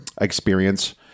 experience